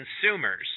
consumers